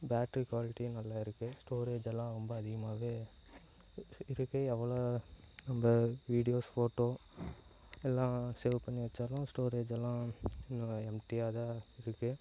battery குவாலிட்டியும் நல்லாயிருக்கு storage எல்லாம் ரொம்ப அதிகமாகவே இருக்குது எவ்வளோ நம்ம வீடியோஸ் ஃபோட்டோ எல்லாம் சேவ் பண்ணி வச்சாலும் ஸ்டோரேஜ் எல்லாம் இன்னும் எம்டியாக தான் இருக்குது